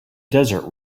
desert